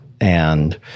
and-